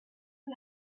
you